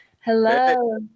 Hello